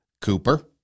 Cooper